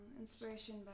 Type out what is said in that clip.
Inspiration